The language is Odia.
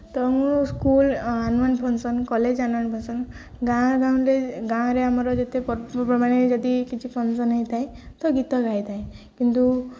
ତ ମୁଁ school annual function college annual function ଗାଁ ଗହଳିରେ ଗାଁରେ ଆମର ଯେତେ ପର୍ବପର୍ବାଣି ଯଦି କିଛି ଫଙ୍କ୍ସନ୍ ହୋଇଥାଏ ତ ଗୀତ ଗାଇଥାଏ କିନ୍ତୁ